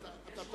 לא.